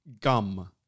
Gum